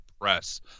press